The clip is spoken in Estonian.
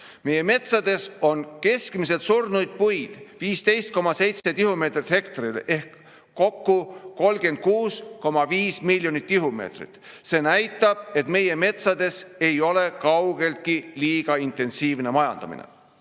Meie metsades on surnud puid keskmiselt 15,7 tihumeetrit hektaril ehk kokku 36,5 miljonit tihumeetrit. See näitab, et meie metsades ei ole kaugeltki liiga intensiivne majandamine.